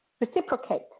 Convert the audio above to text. Reciprocate